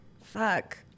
fuck